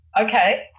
Okay